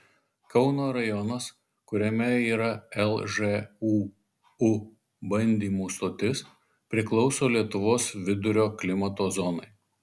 kauno rajonas kuriame yra lžūu bandymų stotis priklauso lietuvos vidurio klimato zonai